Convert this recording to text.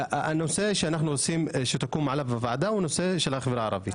הנושא שאנחנו רוצים שעליו תקום ועדה הוא בנושא החברה הערבית.